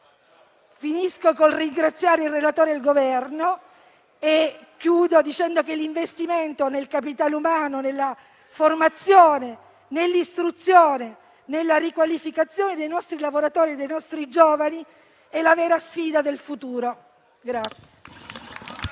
relatore e il rappresentante del Governo e dicendo che l'investimento nel capitale umano, nella formazione, nell'istruzione, nella riqualificazione dei nostri lavoratori e dei nostri giovani è la vera sfida del futuro.